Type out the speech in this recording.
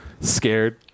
scared